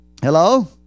hello